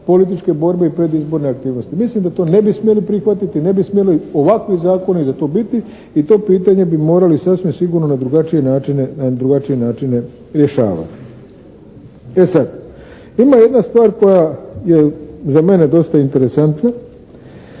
političke borbe i predizborne aktivnosti. Mislim da to ne bi smjeli prihvatiti, ne bi smjeli ovakvi zakoni za to biti i to pitanje bi morali sasvim sigurno na drugačije načine rješavati. E sad. Ima jedna stvar koja je za mene dosta interesantna.